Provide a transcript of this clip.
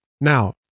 Now